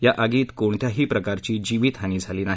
या आगीत कोणत्याही प्रकारची जीवितहानी झाली नाही